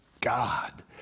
God